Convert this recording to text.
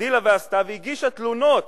הגדילה ועשתה והגישה תלונות